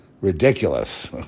ridiculous